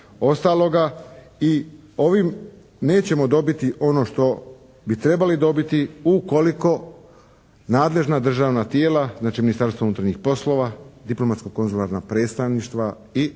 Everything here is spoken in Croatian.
ostaloga. I ovim nećemo dobiti ono što bi trebali dobiti ukoliko nadležna državna tijela, znači Ministarstvo unutarnjih poslova, Diplomatsko-konzularna predstavništva i